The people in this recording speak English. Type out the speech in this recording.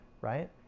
right